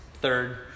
third